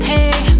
Hey